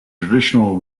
traditional